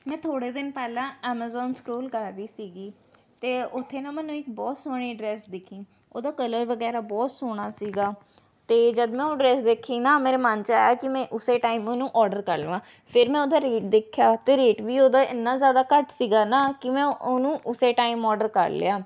ਮੈਂ ਥੋੜ੍ਹੇ ਦਿਨ ਪਹਿਲਾਂ ਐਮਾਜੋਨ ਸਕਰੋਲ ਕਰ ਰਹੀ ਸੀਗੀ ਅਤੇ ਉੱਥੇ ਨਾ ਮੈਨੂੰ ਇੱਕ ਬਹੁਤ ਸੋਹਣੀ ਡਰੈੱਸ ਦਿਖੀ ਉਹਦਾ ਕਲਰ ਵਗੈਰਾ ਬਹੁਤ ਸੋਹਣਾ ਸੀਗਾ ਅਤੇ ਜਦ ਨਾ ਉਹ ਡਰੈੱਸ ਦੇਖੀ ਨਾ ਮੇਰੇ ਮਨ 'ਚ ਆਇਆ ਕਿ ਮੈਂ ਉਸੇ ਟਾਇਮ ਉਹਨੂੰ ਔਡਰ ਕਰ ਲਵਾਂ ਫਿਰ ਮੈਂ ਉਹਦਾ ਰੇਟ ਦੇਖਿਆ ਅਤੇ ਰੇਟ ਵੀ ਉਹਦਾ ਇੰਨਾਂ ਜ਼ਿਆਦਾ ਘੱਟ ਸੀਗਾ ਨਾ ਕਿ ਮੈਂ ਉਹਨੂੰ ਉਸੇ ਟਾਇਮ ਔਡਰ ਕਰ ਲਿਆ